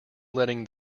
letting